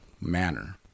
manner